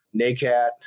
NACAT